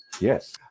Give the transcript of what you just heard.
Yes